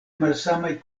malsamaj